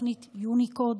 תוכנית יוניקוד,